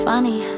Funny